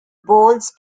bolts